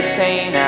pain